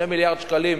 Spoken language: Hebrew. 2 מיליארד שקלים